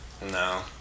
No